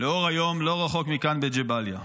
לאור היום, לא רחוק מכאן, בג'באליה.